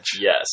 Yes